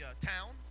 town